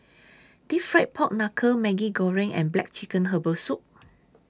Deep Fried Pork Knuckle Maggi Goreng and Black Chicken Herbal Soup